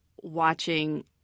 watching